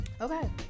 Okay